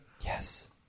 yes